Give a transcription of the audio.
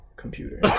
computer